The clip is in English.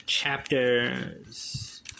Chapters